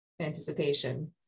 Anticipation